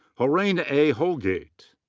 horane a. holgate.